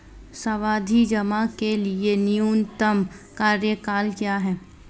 सावधि जमा के लिए न्यूनतम कार्यकाल क्या है?